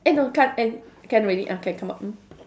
eh no ca~ end can already ah can come out mm